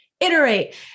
iterate